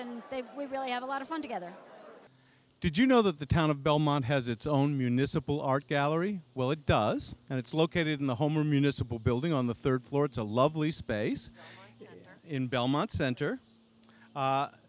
they we really have a lot of fun together did you know that the town of belmont has its own municipal art gallery well it does and it's located in the home or municipal building on the third floor it's a lovely space in belmont center